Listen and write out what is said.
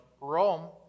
Rome